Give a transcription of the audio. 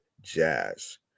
Jazz